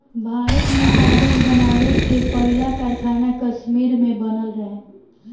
भारत में कागज़ बनावे के पहिला कारखाना कश्मीर में बनल रहे